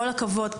כל הכבוד.